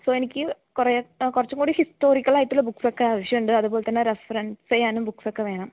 so എനിക്ക് കുറേ കുറച്ചും കൂടി ഹിസ്റ്റോറിക്കലായിട്ടുള്ള ബുക്സൊക്കെ ആവശ്യമുണ്ട് അതുപോലെ തന്നെ റെഫെറൻസ് ചെയ്യാനും ബുക്സൊക്കെ വേണം